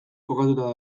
kokatuta